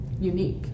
unique